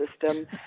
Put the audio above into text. system